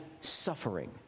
suffering